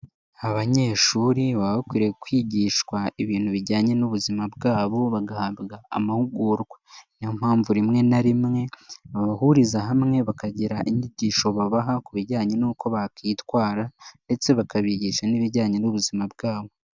Abanyeshuri baba bakwiriye kwigishwa ibintu bijyanye n'ubuzima bwabo, bagahabwa amahugurwa, niyo mpamvu rimwe na rimwe babahuriza hamwe, bakagira inyigisho babaha ku bijyanye n'uko bakitwara, ndetse bakabigisha n'ibijyanye n'ubuzima bwabo.